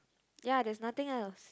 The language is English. ya there's nothing else